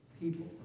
people